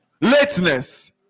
lateness